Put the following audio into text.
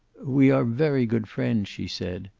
we are very good friends, she said.